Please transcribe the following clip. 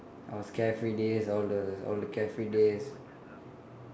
I was carefree days all the all the carefree days